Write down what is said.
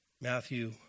Matthew